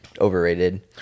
overrated